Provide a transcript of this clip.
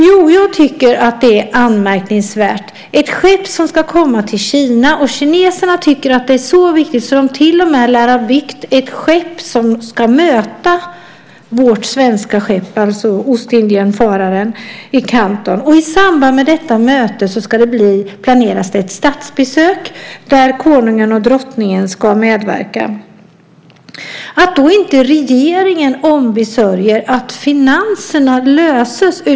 Jo, jag tycker att det är anmärkningsvärt att inte regeringen när ett skepp ska komma till Kina - kineserna tycker att det är så viktigt att de till och med lär ha byggt ett skepp som ska möta vårt svenska skepp, Ostindiefararen, i Kanton, och i samband med detta möte planeras dessutom ett statsbesök där konungen och drottningen ska medverka - ombesörjer att finanserna löses.